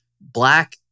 Black